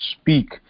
speak